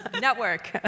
Network